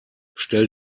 stell